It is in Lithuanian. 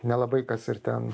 nelabai kas ir ten